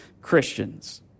Christians